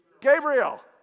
Gabriel